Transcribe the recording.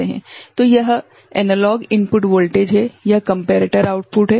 तो यह analog input voltage है यह कम्पेरेटर आउटपुट हैं